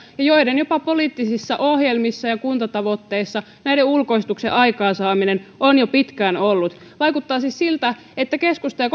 ja joiden jopa poliittisissa ohjelmissa ja kuntatavoitteissa näiden ulkoistuksien aikaansaaminen on jo pitkään ollut vaikuttaa siis siltä että keskusta ja